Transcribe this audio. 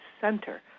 center